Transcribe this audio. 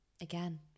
Again